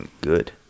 Good